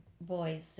boys